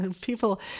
People